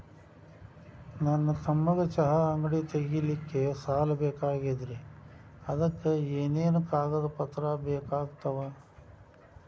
ನನ್ನ ತಮ್ಮಗ ಚಹಾ ಅಂಗಡಿ ತಗಿಲಿಕ್ಕೆ ಸಾಲ ಬೇಕಾಗೆದ್ರಿ ಅದಕ ಏನೇನು ಕಾಗದ ಪತ್ರ ಬೇಕಾಗ್ತವು?